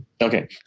Okay